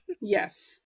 Yes